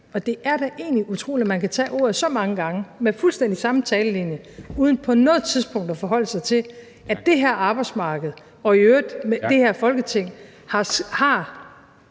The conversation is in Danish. Og det er da egentlig utroligt, at man kan tage ordet så mange gange med fuldstændig samme talelinje uden på noget tidspunkt at forholde sig til, at det her arbejdsmarked og i øvrigt det her Folketing